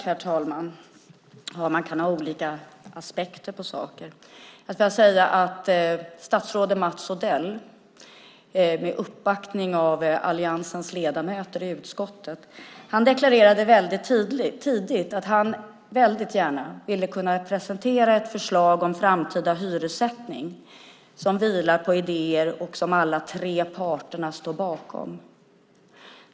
Herr talman! Man kan ha olika aspekter på saker. Statsrådet Mats Odell med uppbackning av alliansens ledamöter i utskottet deklarerade väldigt tidigt att han väldigt gärna ville kunna presentera ett förslag om framtida hyressättning som vilar på idéer som alla tre parter står bakom.